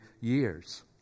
years